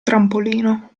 trampolino